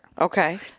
Okay